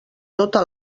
tota